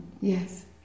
yes